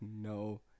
no